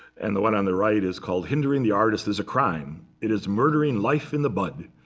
and the one on the right is called hindering the artist is a crime, it is murdering life in the bud.